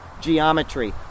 geometry